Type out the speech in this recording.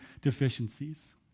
deficiencies